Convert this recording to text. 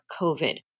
COVID